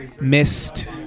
missed